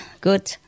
Good